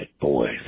boys